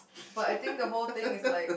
but I think the whole thing is like